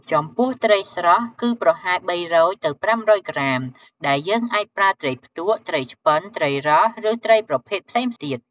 ចំពោះ ត្រីស្រស់គឺប្រហែល ៣០០ទៅ៥០០ ក្រាមដែលយើងអាចប្រើត្រីផ្ទក់ ត្រីឆ្ពិន ត្រីរ៉ស់ ឬត្រីប្រភេទផ្សេងទៀត។